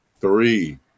Three